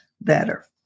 better